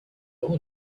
all